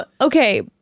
Okay